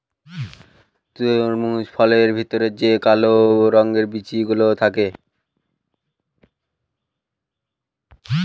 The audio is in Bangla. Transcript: তরমুজ ফলের ভেতরে যে কালো রঙের বিচি গুলো থাকে